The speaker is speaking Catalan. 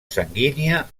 sanguínia